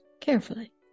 carefully